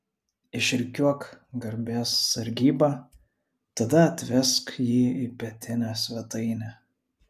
išrikiuok garbės sargybą tada atvesk jį į pietinę svetainę